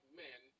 men